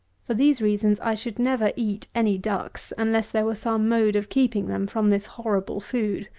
for these reasons i should never eat any ducks, unless there were some mode of keeping them from this horrible food.